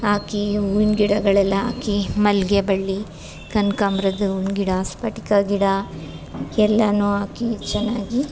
ಹಾಕಿ ಹೂವಿನ್ ಗಿಡಗಳೆಲ್ಲ ಹಾಕಿ ಮಲ್ಲಿಗೆ ಬಳ್ಳಿ ಕನ್ಕಾಂಬ್ರದ ಹೂವಿನ್ ಗಿಡ ಸ್ಪಟಿಕ ಗಿಡ ಎಲ್ಲವೂ ಹಾಕಿ ಚೆನ್ನಾಗಿ